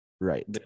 right